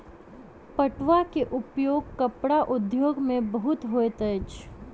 पटुआ के उपयोग कपड़ा उद्योग में बहुत होइत अछि